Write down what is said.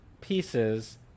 pieces